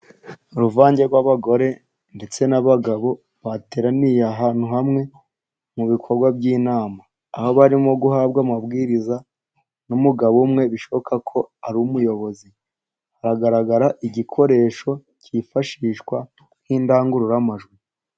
Uruvange rw’abagore ndetse n’abagabo, bateraniye ahantu hamwe mu bikorwa by’inama, aho barimo guhabwa amabwiriza n’umugabo umwe. Bishoboka ko ari umuyobozi. Hagaragara igikoresho cyifashishwa nk’indangururamajwi.